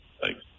Thanks